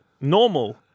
normal